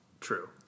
True